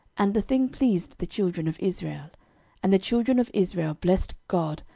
and the thing pleased the children of israel and the children of israel blessed god,